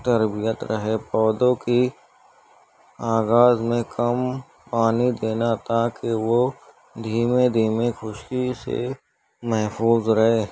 تربیت رہے پودوں کی آغاز میں کم پانی دینا تاکہ وہ دھیمے دھیمے خشکی سے محفوظ رہے